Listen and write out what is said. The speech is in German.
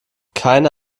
keine